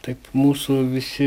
taip mūsų visi